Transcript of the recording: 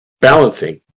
balancing